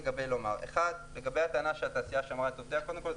לגבי הטענה שהתעשייה שמרה את עובדיה קודם כול,